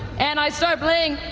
and i start playing.